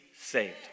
saved